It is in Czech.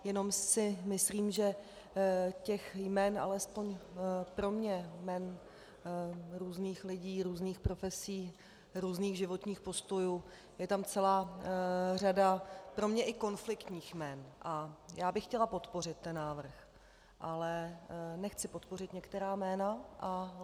Jenom si myslím, že těch jmen, alespoň pro mě jmen různých lidí, různých profesí, různých životních postojů je tam celá řada, pro mě i konfliktních jmen, a já bych chtěla podpořit ten návrh, ale nechci podpořit některá jména.